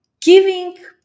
giving